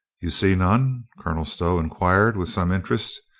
you see none? colonel stow inquired with some interest,